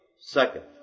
Second